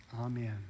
Amen